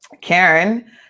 Karen